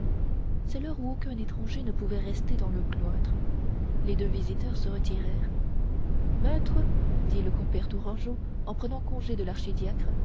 c'était l'heure où aucun étranger ne pouvait rester dans le cloître les deux visiteurs se retirèrent maître dit le compère tourangeau en prenant congé de l'archidiacre